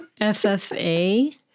FFA